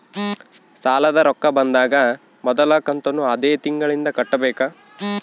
ಸಾಲದ ರೊಕ್ಕ ಬಂದಾಗ ಮೊದಲ ಕಂತನ್ನು ಅದೇ ತಿಂಗಳಿಂದ ಕಟ್ಟಬೇಕಾ?